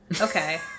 Okay